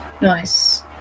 Nice